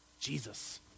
Jesus